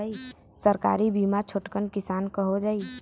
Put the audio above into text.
सरकारी बीमा छोटकन किसान क हो जाई?